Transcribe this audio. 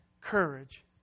courage